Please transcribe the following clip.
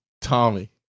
Tommy